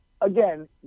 again